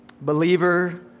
Believer